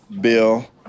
bill